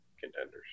contenders